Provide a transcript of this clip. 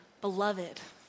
beloved